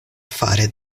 fare